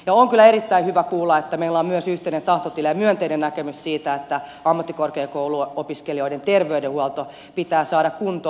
on kyllä erittäin hyvä kuulla että meillä on myös yhteinen tahtotila ja myönteinen näkemys siitä että ammattikorkeakouluopiskelijoiden terveydenhuolto pitää saada kuntoon